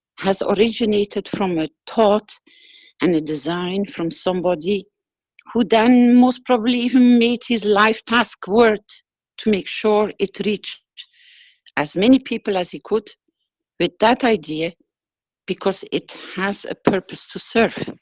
has originated from a thought and a design from somebody who done most probably made his life task worth to make sure it reached as many people as he could with that idea because it has a purpose to serve.